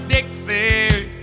Dixie